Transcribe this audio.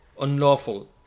unlawful